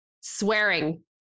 swearing